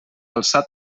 alçar